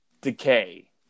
Decay